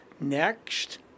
next